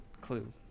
Clue